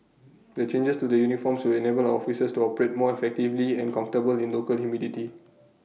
the changes to the uniforms will enable our officers to operate more effectively and comfortably in local humidity